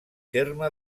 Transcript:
terme